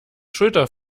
schulter